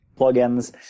plugins